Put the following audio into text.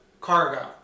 Cargo